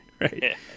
right